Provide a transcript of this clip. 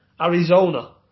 Arizona